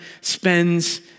spends